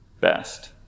best